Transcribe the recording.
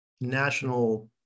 national